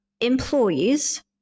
employees